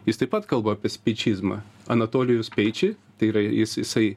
jis taip pat kalba apie spičizmą anatolijų speičį tai yra jis jisai